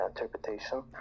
interpretation